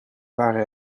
waren